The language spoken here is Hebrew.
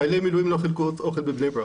חיילי מילואים לא חילקו אוכל בבני ברק.